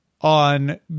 on